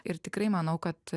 ir tikrai manau kad